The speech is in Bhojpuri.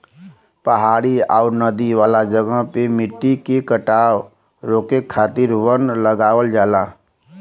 पहाड़ी आउर नदी वाला जगह पे मट्टी के कटाव रोके खातिर वन लगावल जाला